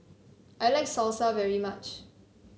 I like Salsa very much